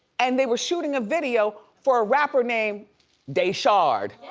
and they were shooting a video for a rapper named daeshard.